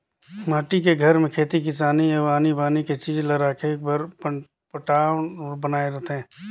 माटी के घर में खेती किसानी अउ आनी बानी के चीज ला राखे बर पटान्व बनाए रथें